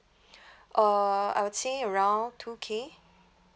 uh I would say around two K